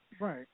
Right